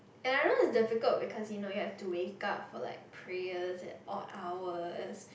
and I know it's difficult because you know you have to wake up for like prayers at odd hours